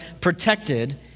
protected